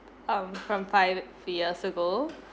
um from five years ago